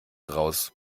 raus